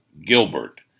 Gilbert